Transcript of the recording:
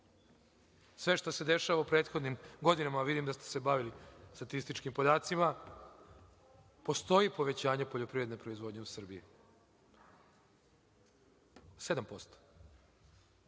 sve što se dešavalo u prethodnim godinama, a vidim da ste se bavili statističkim podacima, postoji povećanje poljoprivredne proizvodnje u Srbiji – 7%.